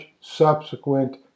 subsequent